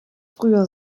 früher